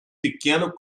pequeno